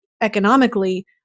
economically